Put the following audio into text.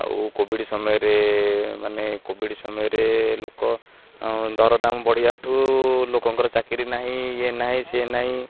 ଆଉ କୋଭିଡ଼ ସମୟରେ ମାନେ କୋଭିଡ଼ ସମୟରେ ଲୋକ ଦରଦାମ ବଢ଼ିବାଠୁ ଲୋକଙ୍କର ଚାକିରି ନାହିଁ ଇଏ ନାହିଁ ସିଏ ନାହିଁ